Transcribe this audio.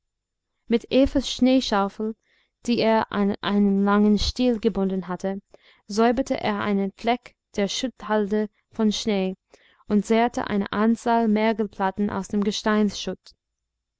mit evas schneeschaufel die er an einen langen stiel gebunden hatte säuberte er einen fleck der schutthalde von schnee und zerrte eine anzahl mergelplatten aus dem gesteins schutt